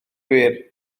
gwir